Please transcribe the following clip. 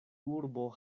urbo